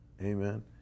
Amen